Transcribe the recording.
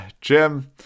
Jim